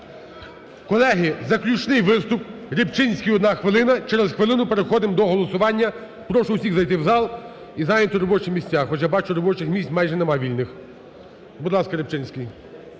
Колеги, заключний виступ, Рибчинський, одна хвилина, через хвилину переходимо до голосування, прошу всіх зайти в зал і зайняти робочі місця. Хоча я бачу, робочих місць майже немає вільних. Будь ласка, Рибчинський.